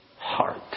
heart